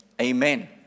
Amen